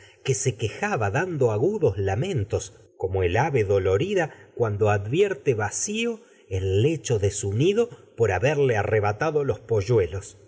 que se quejaba dando como su agudos lamentos vacío el ave dolorida cuando advierte haberle el lecho de nido por arrebatado los polluelos